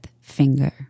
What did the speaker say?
finger